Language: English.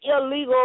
illegal